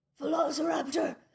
Velociraptor